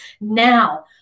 now